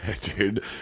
dude